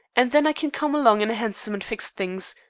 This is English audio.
and then i can come along in a hansom and fix things.